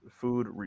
food